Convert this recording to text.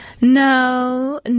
No